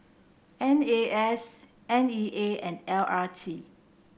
N A S N E A and L R T